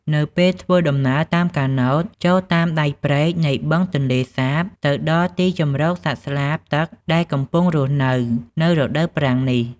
នៅពេលធ្វើដំណើរតាមកាណូត ចូលតាមដៃព្រែកនៃបឹងទន្លេសាប ទៅដល់ទីជម្រកសត្វស្លាបទឹកដែលកំពុងរស់នៅ នៅរដូវប្រាំងនេះ។